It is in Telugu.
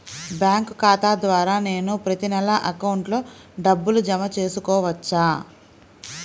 బ్యాంకు ఖాతా ద్వారా నేను ప్రతి నెల అకౌంట్లో డబ్బులు జమ చేసుకోవచ్చా?